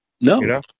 No